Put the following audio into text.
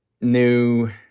new